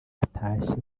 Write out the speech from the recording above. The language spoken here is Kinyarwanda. atashye